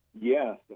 Yes